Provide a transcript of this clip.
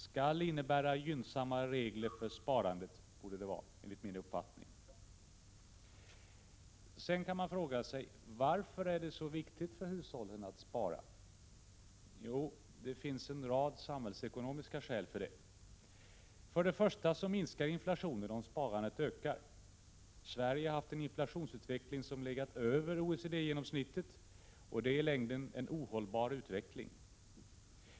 Skall innebära gynnsamma regler för sparandet, borde det vara enligt min uppfattning. Varför är det då så viktigt att hushållen sparar? Jo, det finns en rad samhällsekonomiska skäl till det. För det första minskar inflationen om sparandet ökar. Sverige har haft en inflationsutveckling som legat över genomsnittet för OECD. Det är i längden en ohållbar utveckling.